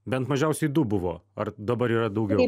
bent mažiausiai du buvo ar dabar yra daugiau